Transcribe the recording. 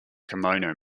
kimono